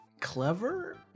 clever